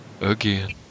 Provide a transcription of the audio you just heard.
again